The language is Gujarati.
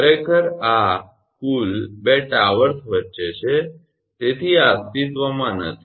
ખરેખર આ કુલ બે ટાવર્સ છે તેથી આ અસ્તિત્વમાં નથી